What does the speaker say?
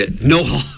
no